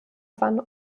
van